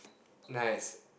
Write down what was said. nice